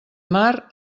mar